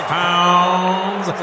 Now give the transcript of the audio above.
pounds